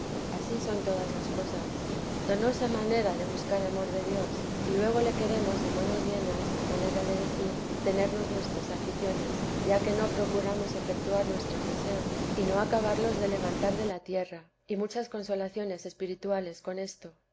ansí son todas las cosas donosa manera de buscar amor de dios y luego le queremos a manos llenas a manera de decir tenernos nuestras aficiones ya que no procuramos efectuar nuestros deseos y no acabarlos de levantar de la tierra y muchas consolaciones espirituales con esto